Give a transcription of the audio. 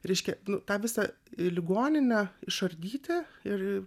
reiškia tą visą ligoninę išardyti ir